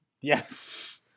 Yes